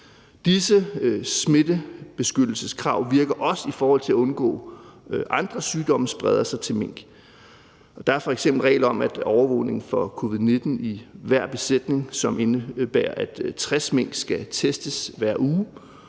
Disse smittebeskyttelseskrav virker også i forhold til at undgå, at andre sygdomme spreder sig til mink. Der er f.eks. regler om overvågning med hensyn til covid-19 i hver besætning, hvilket indebærer, at 60 mink skal testes hver uge,